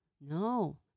No